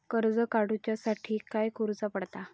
कर्ज काडूच्या साठी काय करुचा पडता?